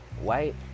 White